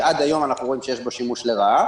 שעד היום אנחנו רואים שיש בו שימוש לרעה,